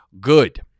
good